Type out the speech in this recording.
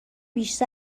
بیش